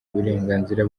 uburenganzira